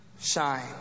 shine